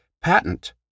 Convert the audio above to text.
patent